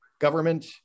government